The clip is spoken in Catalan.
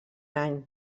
any